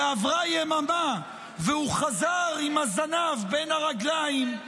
ועברה יממה והוא חזר עם הזנב בין הרגליים,